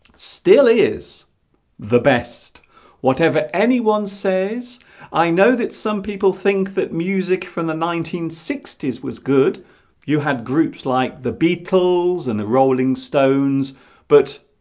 still is the best whatever anyone says i know that some people think that music from the nineteen sixty s was good you had groups like the beatles and the rolling stones but